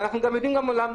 ואנחנו גם יודעים למה.